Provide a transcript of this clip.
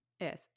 Yes